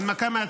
הצבעה.